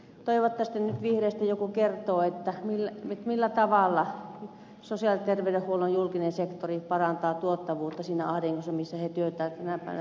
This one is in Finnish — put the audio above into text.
toivottavasti nyt vihreistä joku kertoo millä tavalla sosiaali ja ter veydenhuollon julkinen sektori parantaa tuottavuutta siinä ahdingossa missä se työtään tänä päivänä tekee